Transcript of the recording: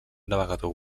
navegador